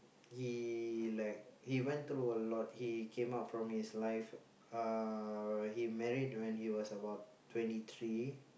he like he went through a lot he came out from his life uh he married when he was about twenty three